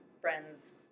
friends